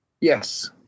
Yes